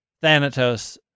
Thanatos